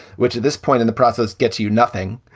which at this point in the process gets you nothing.